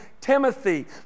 Timothy